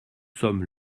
sommes